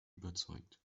überzeugt